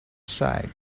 sighed